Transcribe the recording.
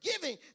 giving